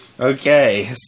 Okay